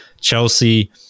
Chelsea